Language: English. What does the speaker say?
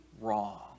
wrong